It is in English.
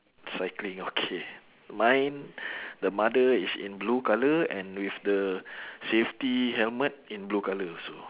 cycling okay mine the mother is in blue colour and with the safety helmet in blue colour also